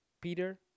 Peter